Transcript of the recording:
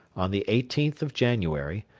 on the eighteenth of january,